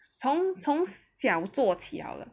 从从小做起了